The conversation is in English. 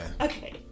Okay